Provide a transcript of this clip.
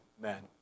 men